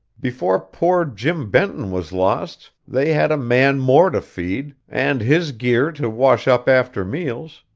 before poor jim benton was lost they had a man more to feed, and his gear to wash up after meals,